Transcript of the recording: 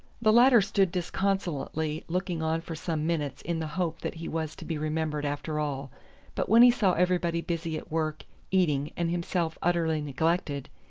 the latter stood disconsolately looking on for some minutes in the hope that he was to be remembered after all but when he saw everybody busy at work eating and himself utterly neglected,